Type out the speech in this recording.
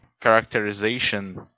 characterization